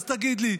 אז תגיד לי,